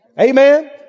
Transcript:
Amen